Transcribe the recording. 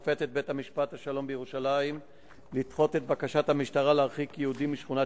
ביוני 2010): שופטת בירושלים דחתה בקשת המשטרה להרחיק יהודי משכונת